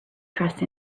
trust